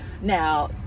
Now